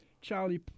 charlie